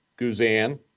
Guzan